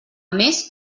més